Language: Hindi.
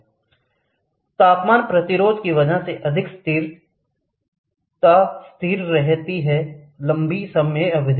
5 तापमान प्रतिरोध की वजह से अधिक स्थिरता स्थिर रहती है लम्बी समयावधि